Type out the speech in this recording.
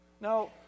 Now